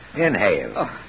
Inhale